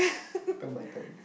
turn by turn